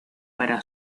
para